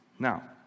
Now